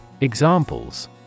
Examples